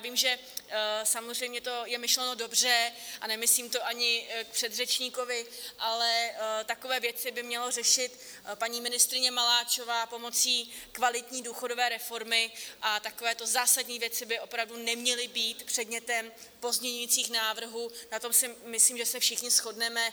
Vím, že samozřejmě to je myšleno dobře, a nemyslím to ani k předřečníkovi, ale takové věci by měla řešit paní ministryně Maláčová pomocí kvalitní důchodové reformy, a takovéto zásadní věci by opravdu neměly být předmětem pozměňovacích návrhů na tom si myslím, že se všichni shodneme.